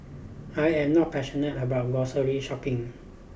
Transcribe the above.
I am not passionate about grocery shopping